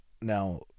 Now